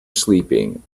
sleeping